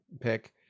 pick